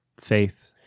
faith